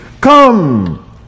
Come